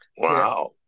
Wow